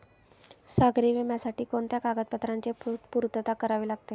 सागरी विम्यासाठी कोणत्या कागदपत्रांची पूर्तता करावी लागते?